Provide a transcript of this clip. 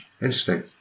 interesting